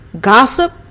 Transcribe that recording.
gossip